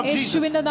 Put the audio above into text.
Jesus